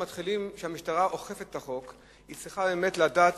כשהמשטרה אוכפת את החוק היא צריכה לדעת